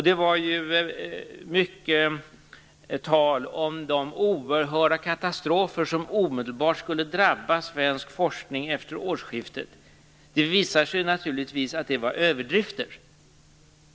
Det var mycket tal om de oerhörda katastrofer som omedelbart skulle drabba svensk forskning efter årsskiftet. Det visade sig naturligtvis att det var överdrifter.